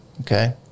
okay